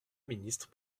ministre